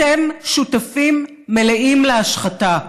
אתם שותפים מלאים להשחתה.